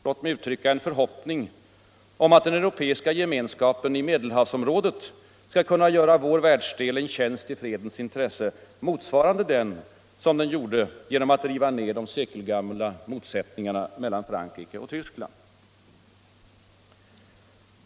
Låt mig uttrycka en förhoppning om att EG i Medelhavsområdet skall kunna göra vår världsdel en tjänst i fredens intresse motsvarande den som EG gjorde genom att riva de sekelgamla motsättningarna mellan Frankrike och Tyskland.